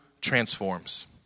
transforms